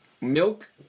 Milk